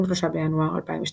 23 בינואר 2012